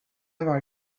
var